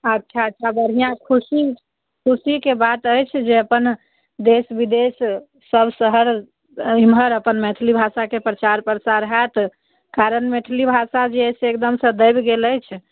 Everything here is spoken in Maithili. अच्छा अच्छा बढ़िआँ खुशी खुशीके बात अछि जे अपन देश विदेश सब शहर इम्हर अपन मैथली भाषाके प्रचार प्रसार होयत कारण मैथली भाषा जे अइ एकदमसँ दबि गेल अछि